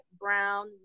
brown